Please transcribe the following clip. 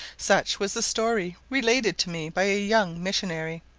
such was the story related to me by a young missionary.